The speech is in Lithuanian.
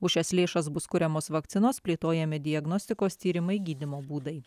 už šias lėšas bus kuriamos vakcinos plėtojami diagnostikos tyrimai gydymo būdai